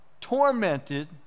tormented